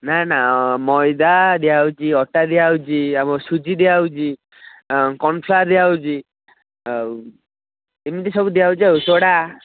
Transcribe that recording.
ନାଁ ନାଁ ମଇଦା ଦିଆ ହେଉଛି ଅଟା ଦିଆ ହେଉଛି ଆମର ସୁଜି ଦିଆ ହେଉଛି କର୍ଣ୍ଣଫ୍ଲୋର ଦିଆ ହେଉଛି ଆଉ ଏମିତି ସବୁ ଦିଆ ହେଉଛି ଆଉ ସୋଡ଼ା